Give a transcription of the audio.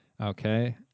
Okay